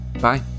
Bye